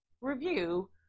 review